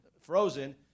frozen